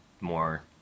more